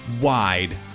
wide